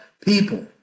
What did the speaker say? people